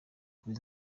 kuri